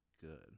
good